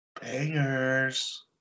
Bangers